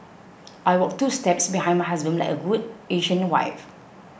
I walk two steps behind my husband like a good Asian wife